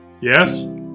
Yes